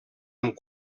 amb